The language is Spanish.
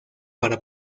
para